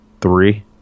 three